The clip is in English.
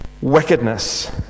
wickedness